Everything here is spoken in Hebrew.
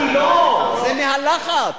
לא, זה מהלחץ.